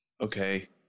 Okay